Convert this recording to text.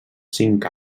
cinc